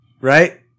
Right